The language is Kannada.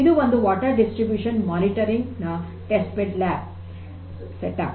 ಇದು ಒಂದು ನೀರಿನ ವಿತರಣೆ ಮಾನಿಟರಿಂಗ್ ನ ಟೆಸ್ಟ್ ಬೆಡ್ ಲ್ಯಾಬ್ ಸೆಟಪ್